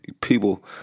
people